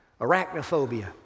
Arachnophobia